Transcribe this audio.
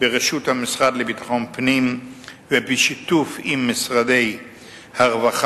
בראשות המשרד לביטחון פנים ובשיתוף עם משרדי הרווחה,